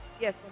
Yes